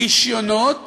רישיונות